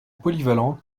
polyvalent